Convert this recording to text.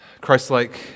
Christ-like